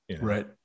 Right